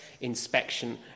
inspection